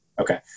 Okay